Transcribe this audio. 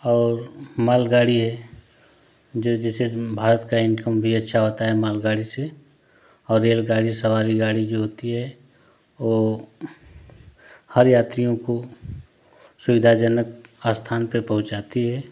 और मालगाड़ी है जो जिससे भारत का इनकम भी अच्छा होता है मालगाड़ी से और रेलगाड़ी सवारी गाड़ी जो होती है वो हर यात्रियों को सुविधाजनक स्थान पे पहुँचाती है